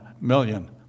million